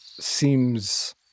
Seems